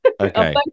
okay